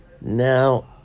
Now